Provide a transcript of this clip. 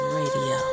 radio